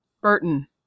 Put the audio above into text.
Burton